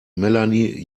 melanie